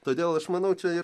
todėl aš manau čia ir